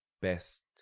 best